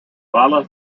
wale